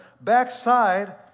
backside